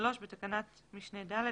בתקנת משנה (ד),